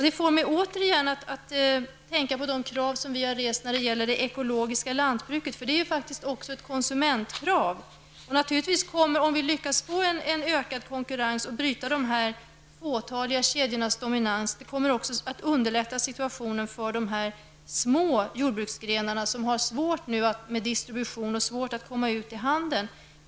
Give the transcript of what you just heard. Det får mig återigen att tänka på de krav som vi har rest när det gäller ekologiskt lantbruk. Det är också ett konsumentkrav. Om vi lyckas få en ökad konkurrens och bryta de fåtaliga kedjornas dominans, kommer situationen att underlättas för de små jordbruksägarna som har svårt med distribution och att komma ut i handeln.